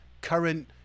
current